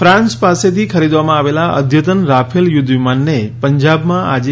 France પાસેથી ખરીદવામાં આવેલા અદ્યતન રાફેલ યુધ્ધ વિમાનને પંજાબમાં આજે